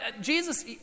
Jesus